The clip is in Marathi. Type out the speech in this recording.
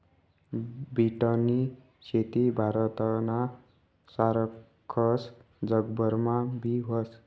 बीटनी शेती भारतना सारखस जगभरमा बी व्हस